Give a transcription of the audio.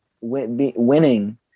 winning